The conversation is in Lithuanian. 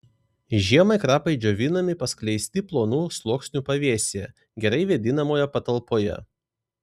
žiemai krapai džiovinami paskleisti plonu sluoksniu pavėsyje gerai vėdinamoje patalpoje